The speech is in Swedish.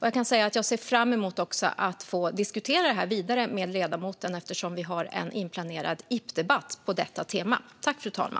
Jag ser fram emot att diskutera detta vidare med ledamoten eftersom vi har en inplanerad interpellationsdebatt på detta tema.